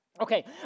okay